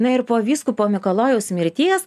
na ir po vyskupo mikalojaus mirties